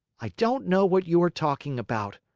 i don't know what you are talking about,